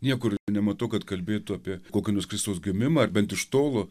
niekur nematau kad kalbėtų apie kokį nors kristaus gimimą ar bent iš tolo